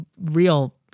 real